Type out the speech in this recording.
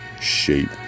shape